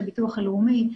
הביטוח הלאומי,